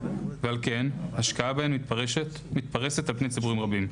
ועל כן השקעה בהן מתפרשת על פני ציבורים רבים.